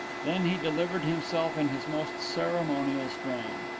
then he delivered himself in his most ceremonial strain.